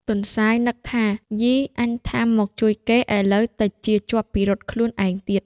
ទន្សាយនឹកថា "យីអញថាមកជួយគេ ឥឡូវទៅជាជាប់ពិរុទ្ធខ្លួនឯងទៀត"។